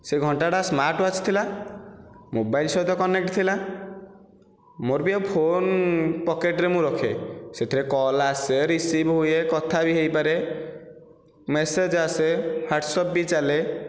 ସେ ଘଣ୍ଟାଟା smart watch ଥିଲା ମୋବାଇଲ୍ ସହିତ କନେକ୍ଟ ଥିଲା ମୋର ବି ଆଉ ଫୋନ୍ ପକେଟରେ ମୁଁ ରଖେ ସେଥିରେ କଲ୍ ଆସେ ରିସିଭ୍ ହୁଏ କଥା ବି ହୋଇପାରେ ମେସେଜ୍ ଆସେ ହ୍ୱାଟ୍ସଅପ ବି ଚାଲେ